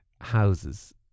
houses